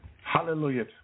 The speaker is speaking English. Hallelujah